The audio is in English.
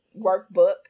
workbook